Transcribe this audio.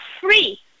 free